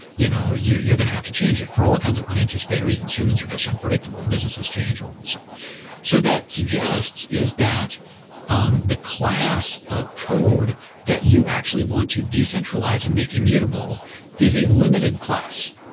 you know you're you're going to have to change it. for all kinds of unanticipated reasons, humans are just unpredictable. business has changed all that. so so that suggests is that um the class of code that you actually want to decentralize and make immutable is a limited class,